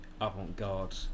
avant-garde